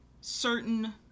certain